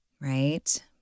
Right